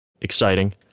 exciting